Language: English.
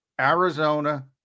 Arizona